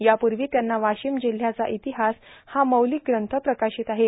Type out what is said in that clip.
यापूर्वा त्यांचा वाशीम जिल्हाचा ईरातहास हा मौलिक ग्रंथ प्रकाशित आहे